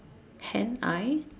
ten I